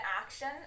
action